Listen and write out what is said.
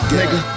nigga